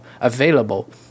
available